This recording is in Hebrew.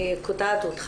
אני קוטעת אותך.